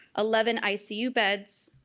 eleven icu beds,